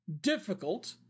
difficult